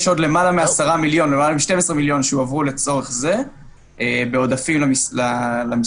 יש עוד למעלה מ-12 מיליון שהועברו לצורך זה בעודפים למשרד.